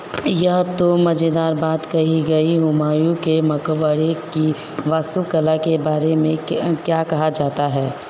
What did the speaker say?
यह तो मज़ेदार बात कही गई हुमायूँ के मक़बरे की वास्तुकला के बारे में क्य क्या कहा जाता है